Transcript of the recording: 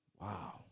wow